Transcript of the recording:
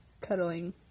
cuddling